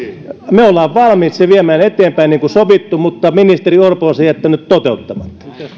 me olemme valmiita sen viemään eteenpäin niin kuin sovittu mutta ministeri orpo on sen jättänyt toteuttamatta